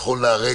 זה נכון להרגע.